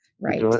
Right